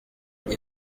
koko